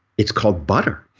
it's called butter.